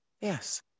yes